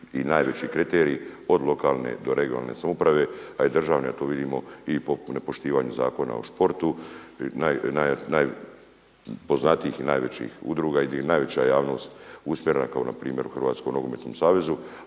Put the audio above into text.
i najveći kriterij od lokalne do regionalne samouprave, a i državne, a to vidimo i po nepoštivanju Zakona o športu, najpoznatijih i najvećih udruga i gdje je najveća javnost usmjerena kao na primjer u Hrvatskom nogometnom savezu